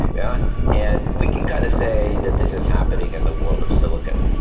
yeah and we can kind of say that this is happening in the world of silicon,